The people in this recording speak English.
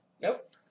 Nope